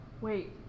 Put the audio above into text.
Wait